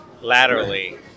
Laterally